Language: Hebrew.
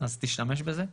אז תשתמש בזה.